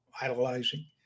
idolizing